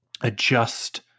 adjust